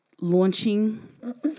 launching